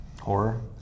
Horror